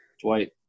Dwight